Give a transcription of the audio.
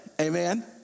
Amen